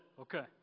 okay